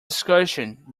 discussion